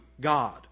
God